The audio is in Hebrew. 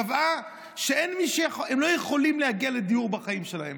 קבעה שהם לא יכולים להגיע לדיור בחיים שלהם.